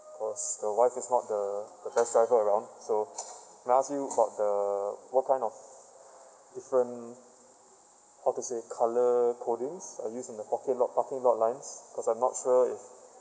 cause the wife is not the the best driver around so can I ask you about the what kind of different how to say colour coding are used in the parking lot parking lots line cause I'm not sure if